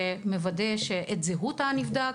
שמוודא את זהות הנבדק,